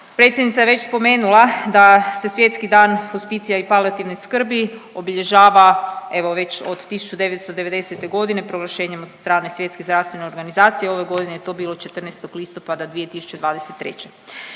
Predsjednica je već spomenula da se Svjetski dan hospicija i palijativne skrbi obilježava evo već od 1990. godine proglašenjem od strane Svjetske zdravstvene organizacije. Ove godine je to bilo 14. listopada 2023.